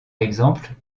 exemple